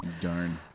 Darn